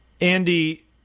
Andy